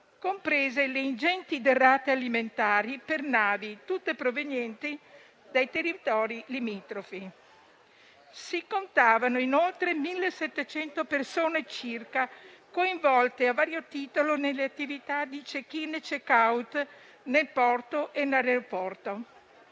comprese le ingenti derrate alimentari per navi, tutte provenienti dai territori limitrofi. Si contavano inoltre circa 1.700 persone coinvolte a vario titolo nelle attività di *check-in* e *check-out* nel porto e nell'aeroporto,